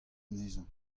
anezhañ